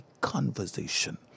conversation